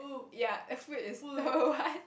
ya that food is so what